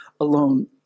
alone